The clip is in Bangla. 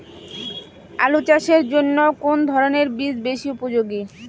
আলু চাষের জন্য কোন ধরণের বীজ বেশি উপযোগী?